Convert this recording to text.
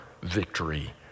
victory